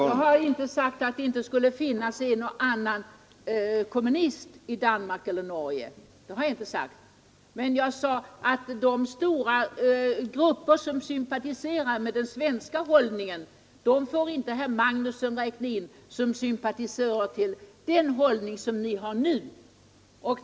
Herr talman! Jag har inte sagt att det inte skulle finnas en och annan kommunist i Danmark eller Norge. Det har jag inte sagt. Men jag sade att de stora grupper som sympatiserar med den svenska hållningen får inte herr Magnusson i Kristinehamn räkna in som sympatisörer till den hållning som ni har nu.